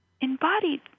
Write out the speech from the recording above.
embodied